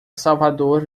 salvador